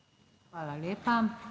Hvala lepa.